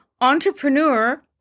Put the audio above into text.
entrepreneur